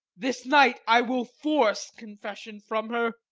this night i will force confession from her.